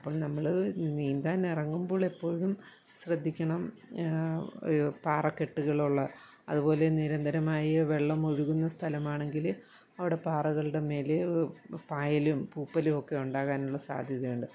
അപ്പം നമ്മൾ നീന്താൻ ഇറങ്ങുമ്പോളെപ്പോഴും ശ്രദ്ധിക്കണം പാറകെട്ടുകളുള്ള അതു പോലെ നിരന്തരമായി വെള്ളമൊഴുകുന്ന സ്ഥലമാണെങ്കിൽ അവിടെ പാറകളുടെ മേലെ പായലും പൂപലും ഒക്കെ ഉണ്ടാകാനുള്ള സാദ്ധ്യതയുണ്ട്